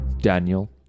Daniel